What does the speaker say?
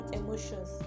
emotions